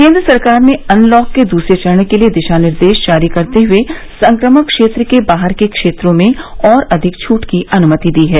केंद्र सरकार ने अनलॉक के दूसरे चरण के लिए दिशा निर्देश जारी करते हुए संक्रमण क्षेत्र से बाहर के क्षेत्रों में और अधिक छूट की अनुमति दी है